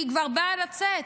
היא כבר באה לצאת,